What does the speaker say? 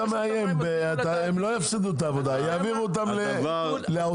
הם לא יפסידו את העבודה, יעבירו אותם לאוצר.